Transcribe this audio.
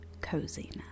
coziness